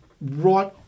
right